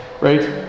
Right